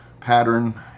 pattern